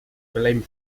beleven